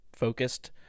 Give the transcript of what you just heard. focused